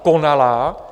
Konala.